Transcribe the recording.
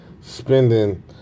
spending